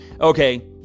Okay